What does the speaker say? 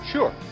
Sure